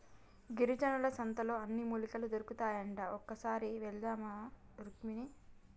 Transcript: గిరిజనుల సంతలో అన్ని మూలికలు దొరుకుతాయట ఒక్కసారి వెళ్ళివద్దామా రుక్మిణి